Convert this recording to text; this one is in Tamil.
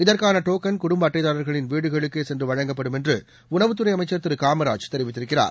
இதற்கான டோக்கன் குடும்ப அட்டைதாரா்களின் வீடுகளுக்கே சென்று வழங்கப்படும் என்று உணவுத்துறை அமைச்சர் காமராஜ் தெரிவித்திருக்கிறார்